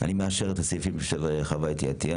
אני מאשר את הסעיפים שהגישה חוה אתי עטיה